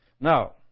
Now